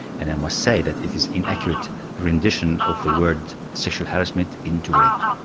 and i must say that it is inaccurate rendition of the word sexual harassment into rape.